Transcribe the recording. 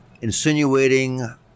insinuating